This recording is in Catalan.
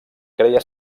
creia